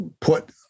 put